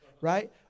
right